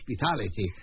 hospitality